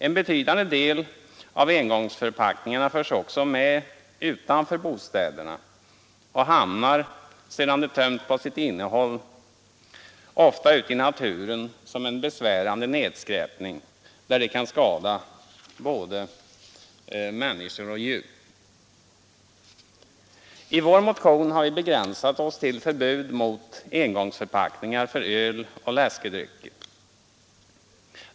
En betydande del av engångsförpackningarna förs också med utanför bostäderna och hamnar ofta, sedan de tömts på sitt innehåll, som en besvärande nedskräpning ute i naturen där de kan skada både människor och djur. I vår motion har vi begränsat oss till att begära förbud mot engångsförpackningar för öl och läskedrycker.